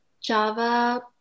Java